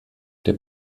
der